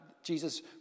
jesus